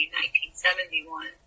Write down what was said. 1971